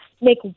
make